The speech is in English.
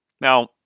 Now